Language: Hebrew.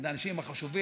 את האנשים החשובים,